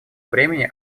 времени